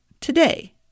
today